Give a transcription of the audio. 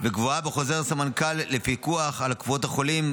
וקבועה בחוזר הסמנכ"ל לפיקוח על קופות החולים,